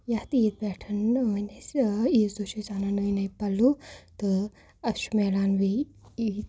یَتھ عیٖد پٮ۪ٹھ أنۍ اَسہِ عیٖز دۄہ چھِ أسۍ اَنان نٔے نٔے پَلو تہٕ اَسہِ چھُ میلان بیٚیہِ